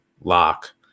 lock